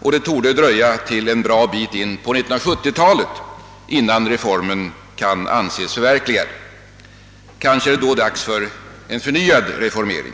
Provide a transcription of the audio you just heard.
och det torde dröja till en bra bit på 1970-talet innan reformen kan anses förverkligad. Kanske är det då åter dags för en reformering.